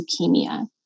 leukemia